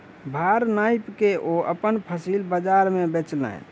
भार नाइप के ओ अपन फसिल बजार में बेचलैन